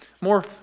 more